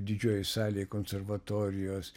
didžioji salė konservatorijos